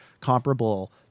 comparable